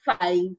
five